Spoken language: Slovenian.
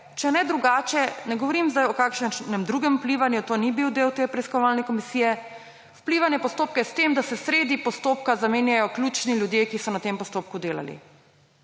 če ne drugače, ne govorim zdaj o kakšnem drugem vplivanju, to ni bil del te preiskovalne komisije, vplivanje na postopke s tem, da se sredi postopka zamenjajo ključni ljudje, ki so na tem postopku delali.